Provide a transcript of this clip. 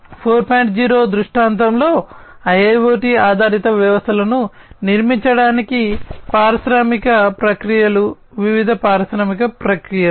0 దృష్టాంతంలో IIoT ఆధారిత వ్యవస్థలను నిర్మించడానికి పారిశ్రామిక ప్రక్రియలు వివిధ పారిశ్రామిక ప్రక్రియలు